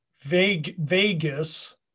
Vegas